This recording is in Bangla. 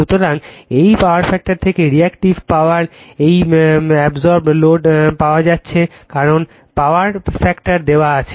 সুতরাং এই পাওয়ার ফ্যাক্টর থেকে রিএক্টিভে পাওয়ার এইবসর্বড লোড পাওয়া যাচ্ছে কারণ পাওয়ার ফ্যাক্টর দেওয়া আছে